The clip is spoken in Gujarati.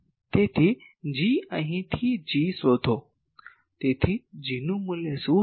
તેથીG અહીંથી G શોધો તેથી Gનું મૂલ્ય શું હશે